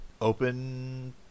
open